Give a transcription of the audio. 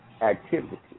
activity